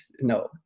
no